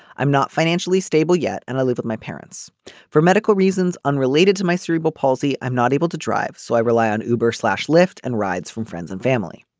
i'm not financially stable yet and i live with my parents for medical reasons unrelated to my cerebral palsy. i'm not able to drive so i rely on uber slash lyft and rides from friends and family.